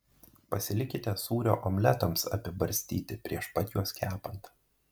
pasilikite sūrio omletams apibarstyti prieš pat juos kepant